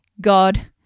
God